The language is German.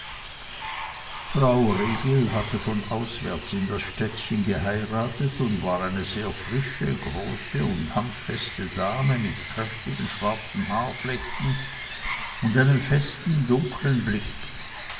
frau regel hatte von auswärts in das städtchen geheiratet und war eine sehr frische große und handfeste dame mit kräftigen schwarzen haarflechten und einem festen dunklen blick